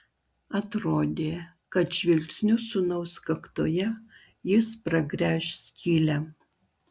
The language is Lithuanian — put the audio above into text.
atrodė kad žvilgsniu sūnaus kaktoje jis pragręš skylę